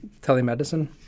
telemedicine